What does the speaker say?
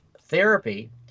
therapy